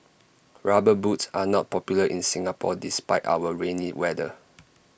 rubber boots are not popular in Singapore despite our rainy weather